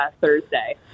Thursday